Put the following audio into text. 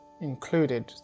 included